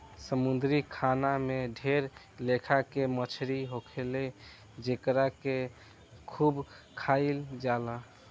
समुंद्री खाना में ढेर लेखा के मछली होखेले जेकरा के खूब खाइल जाला